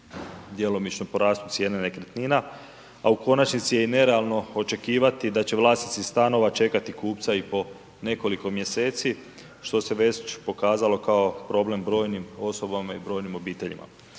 djelomično porastu cijene nekretnina a u konačnici je i nerealno očekivati da će vlasnici stanova čekati kupca i po nekoliko mjeseci što se već pokazalo kao problem brojnim osobama i brojnim obiteljima.